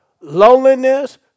loneliness